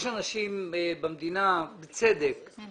בכל